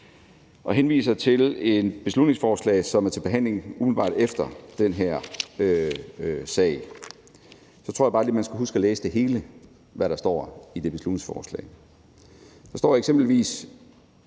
man henviser til et beslutningsforslag, som er til behandling umiddelbart efter den her sag, så tror jeg bare lige, man skal huske at læse det hele af det, hvad der står i det beslutningsforslag, og der står eksempelvis: